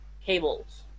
cables